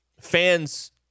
Fans